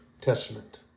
testament